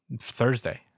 Thursday